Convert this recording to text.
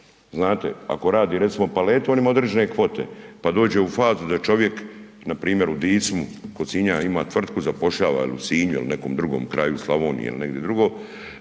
Znate, ako rade recimo palete, oni imaju određene kvote pa dođu u fazu da čovjek npr. u Dicimu kod Sinja ima tvrtku, zapošljava je u Sinju ili nekom drugom kraju Slavoniju ili negdje drugo,